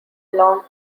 long